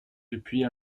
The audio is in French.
depuis